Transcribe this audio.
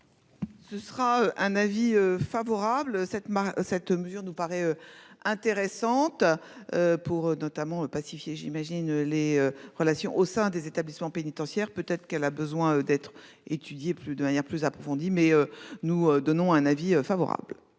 Ce sera un avis favorable cette cette mesure nous paraît. Intéressante. Pour notamment le pacifier j'imagine les relations au sein des établissements pénitentiaires, peut être qu'elle a besoin d'être étudié plus de manière plus approfondie mais nous donnons un avis favorable.